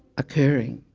occurring